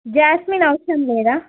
jasmine అవసరం లేదా